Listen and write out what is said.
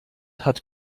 hat